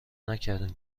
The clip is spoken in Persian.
نکردین